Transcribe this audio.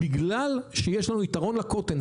בגלל שיש לנו יתרון לקוטן,